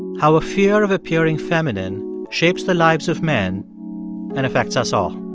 how a fear of appearing feminine shapes the lives of men and affects us all